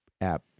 app